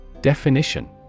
definition